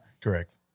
correct